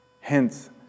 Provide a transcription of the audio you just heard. Hence